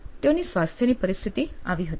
તેઓની સ્વાસ્થ્યની પરિસ્થિતિ આવી હતી